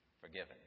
forgiven